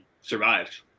survived